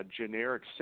generic